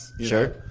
Sure